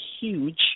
huge